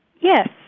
Yes